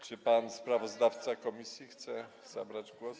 Czy pan sprawozdawca komisji chce zabrać głos?